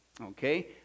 okay